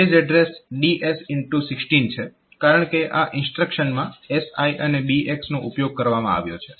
base address x 16 છે કારણકે આ ઇન્સ્ટ્રક્શન્સમાં SI અને BX નો ઉપયોગ કરવામાં આવ્યો છે